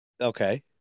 Okay